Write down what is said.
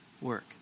work